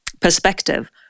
perspective